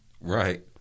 Right